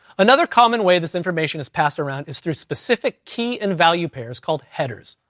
another common way this information is passed around is through specific key, and value pairs, called headers.